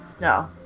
No